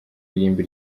irimbi